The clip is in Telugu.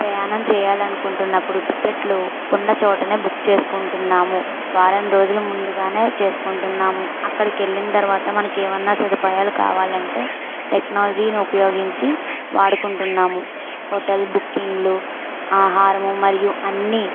ప్రయాణం చేయాఅని అనుకుంటున్నప్పుడు టికెట్లు ఉన్నచోట బుక్ చేసుకుంటున్నాము వారం రోజులు ముందుగా చేసుకుంటున్నాము అక్కడికి వెళ్ళిన తర్వాత మనకు ఏమన్నా సదుపాయాలు కావాలంటే టెక్నాలజీని ఉపయోగించి వాడుకుంటున్నాము హోటల్ బుకింగ్లు ఆహారము మరియు అన్నీ